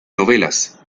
novelas